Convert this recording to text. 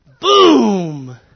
Boom